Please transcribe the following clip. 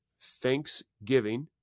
Thanksgiving